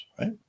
right